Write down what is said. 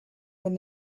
when